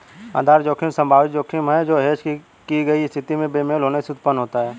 आधार जोखिम संभावित जोखिम है जो हेज की गई स्थिति में बेमेल होने से उत्पन्न होता है